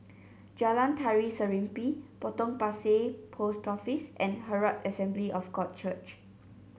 Jalan Tari Serimpi Potong Pasir Post Office and Herald Assembly of God Church